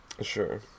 Sure